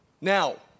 Now